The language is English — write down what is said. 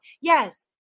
Yes